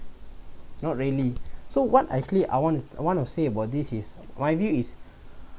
not really so what actually I want I want to say about this is my view is